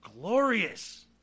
Glorious